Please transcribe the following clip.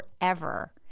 forever